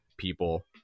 people